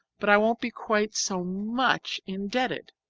but i won't be quite so much indebted.